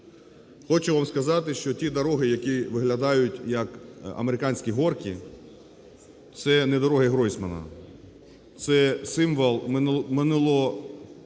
Хочу вам сказати, що ті дороги, які виглядають як американські гірки, – це не дороги Гройсмана, це символ безгосподарності